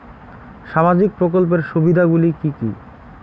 সামাজিক প্রকল্পের সুবিধাগুলি কি কি?